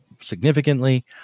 significantly